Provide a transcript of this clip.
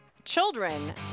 children